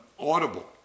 audible